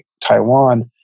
Taiwan